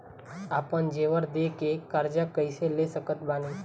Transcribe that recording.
आपन जेवर दे के कर्जा कइसे ले सकत बानी?